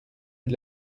gli